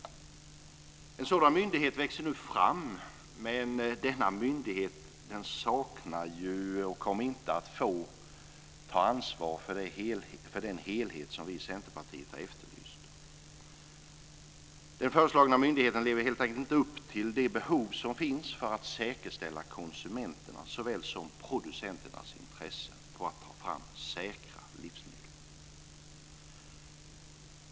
En sådan myndighet växer nu fram, men denna myndighet kommer inte att få ta ansvar för den helhet som vi i Centerpartiet har efterlyst. Den föreslagna myndigheten lever helt enkelt inte upp till de behov som finns för att säkerställa konsumenternas såväl som producenternas intressen när det gäller att ta fram säkra livsmedel.